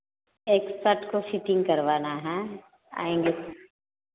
एक सट का फिटिंग करवाना है आएँगे